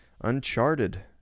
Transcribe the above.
Uncharted